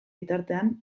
bitartean